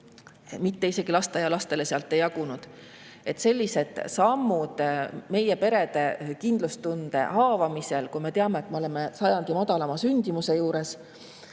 isegi lasteaialastele sealt ei jagunud. Sellised sammud meie perede kindlustunde haavamisel, kui me teame, et me oleme sajandi madalaima sündimuse juures,